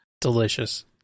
delicious